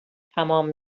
تمام